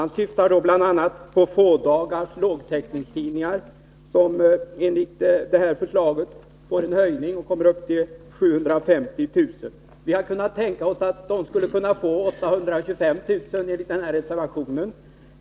Han syftar på fådagars lågtäckningstidningar, som enligt detta förslag får en höjning till 750 000 kr. I reservationen har vi tänkt oss att de skulle kunna få 825 000 kr.